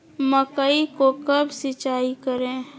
मकई को कब सिंचाई करे?